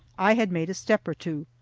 i had made a step or two.